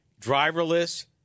driverless